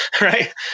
right